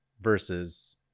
versus